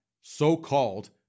so-called